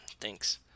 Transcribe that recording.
thanks